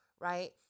right